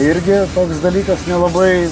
irgi toks dalykas nelabai